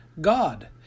God